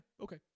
okay